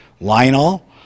Lionel